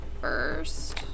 first